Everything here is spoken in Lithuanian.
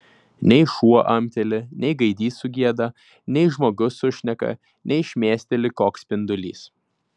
nei šuo amteli nei gaidys sugieda nei žmogus sušneka nei šmėsteli koks spindulys